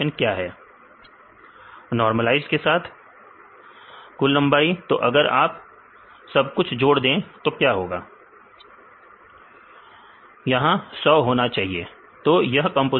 विद्यार्थी यह नॉर्मलाइसड है नॉर्मलाइसड किसके साथ विद्यार्थी कुल लंबाई कुल लंबाई तो अगर आप सब कुछ जोड़ दें तो क्या होगा विद्यार्थी 100 यहां 100 होना चाहिए तो यह कंपोजीशन है